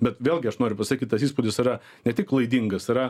bet vėlgi aš noriu pasakyt tas įspūdis yra ne tik klaidingas yra